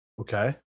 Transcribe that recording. Okay